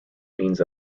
means